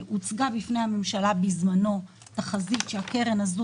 הוצגה בפני הממשלה בזמנו תחזית שהקרן הזו